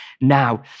Now